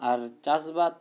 ᱟᱨ ᱪᱟᱥᱵᱟᱫ